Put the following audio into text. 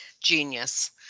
genius